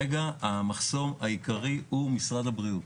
המחסום העיקרי כרגע הוא משרד הבריאות.